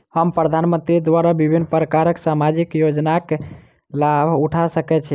हम प्रधानमंत्री द्वारा विभिन्न प्रकारक सामाजिक योजनाक लाभ उठा सकै छी?